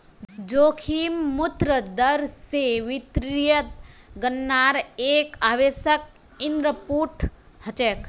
जोखिम मुक्त दर स वित्तीय गणनार एक आवश्यक इनपुट हछेक